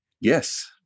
Yes